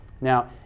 Now